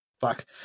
Fuck